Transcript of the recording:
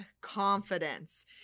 confidence